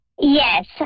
Yes